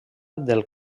del